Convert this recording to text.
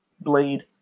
blade